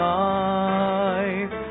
life